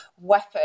weapon